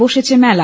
বসেছে মেলা